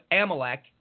Amalek